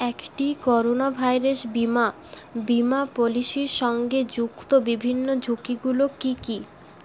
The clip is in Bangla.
একটি করোনা ভাইরাস বিমা বিমা পলিসির সঙ্গে যুক্ত বিভিন্ন ঝুঁকিগুলো কী কী